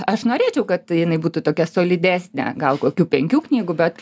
aš norėčiau kad jinai būtų tokia solidesnė gal kokių penkių knygų bet